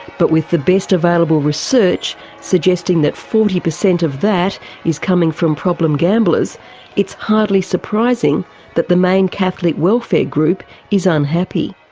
but with the best available research suggesting that forty per cent of that is coming from problem gamblers it's hardly surprising that the main catholic welfare group is unhappy.